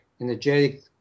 energetic